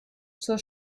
zur